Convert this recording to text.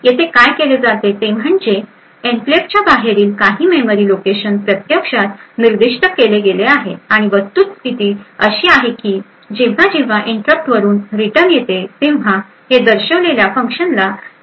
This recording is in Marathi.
येथे काय केले जाते ते म्हणजे एन्क्लेव्हच्या बाहेरील काही मेमरी लोकेशन प्रत्यक्षात निर्दिष्ट केले गेले आहे आणि वस्तुस्थिती अशी आहे की जेव्हा जेव्हा इंटरप्ट वरून रिटर्न येते तेव्हा हे दर्शवलेल्या फंक्शनला इनव्होक करते